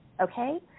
okay